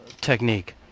technique